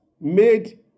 made